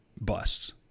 busts